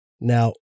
Now